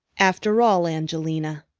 after all, angelina,